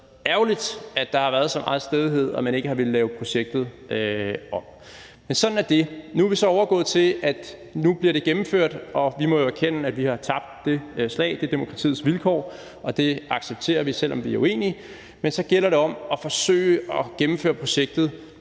ærgerligt, at der har været så meget stædighed, at man ikke har villet lave projektet om. Men sådan er det. Nu er vi så overgået til, at det bliver gennemført, og vi må jo erkende, at vi har tabt det slag. Det er demokratiets vilkår, og det accepterer vi, selv om vi er uenige, men så gælder det om at forsøge at gennemføre projektet